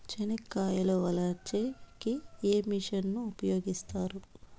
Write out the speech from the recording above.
చెనక్కాయలు వలచే కి ఏ మిషన్ ను ఉపయోగిస్తారు?